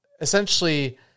essentially